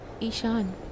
Ishan